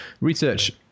research